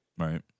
Right